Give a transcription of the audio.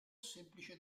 semplice